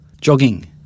Jogging